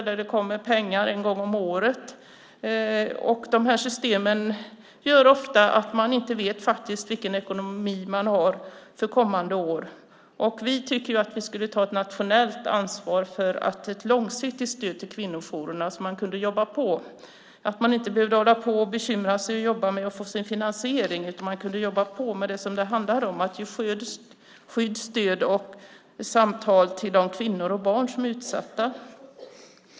Det kommer pengar en gång om året. De här systemen gör att de ofta inte vet vilken ekonomi de har för kommande år. Vi tycker att vi borde ta ett nationellt ansvar för ett långsiktigt stöd till kvinnojourerna, så att de kan jobba på och inte behöver bekymra sig och jobba med att ordna sin finansiering utan jobba på med det som det handlar om, att ge skydd, stöd och samtal till de kvinnor och barn som är utsatta.